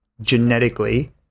genetically